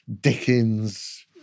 Dickens